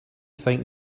think